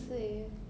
mm